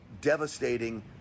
devastating